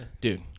dude